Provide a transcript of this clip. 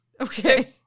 Okay